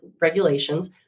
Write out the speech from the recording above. Regulations